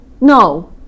No